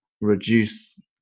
reduce